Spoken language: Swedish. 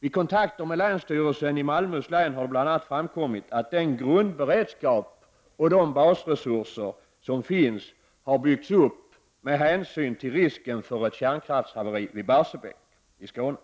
Vid kontakter med länsstyrelsen i Malmöhus län har det bl.a. framkommit att den grundberedskap och de basresurser som finns har byggts upp med hänsyn till risken för ett kärnkraftshaveri vid Barsebäck i Skåne.